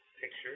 Picture